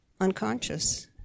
unconscious